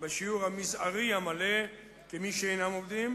בשיעור המזערי המלא כמי שאינם עובדים,